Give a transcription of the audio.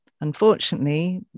unfortunately